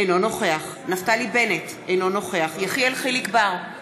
אינו נוכח נפתלי בנט, אינו נוכח יחיאל חיליק בר,